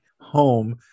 Home